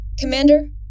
Commander